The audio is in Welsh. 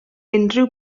unrhyw